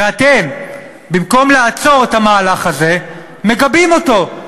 ואתם, במקום לעצור את המהלך הזה, מגבים אותו.